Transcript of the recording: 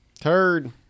turd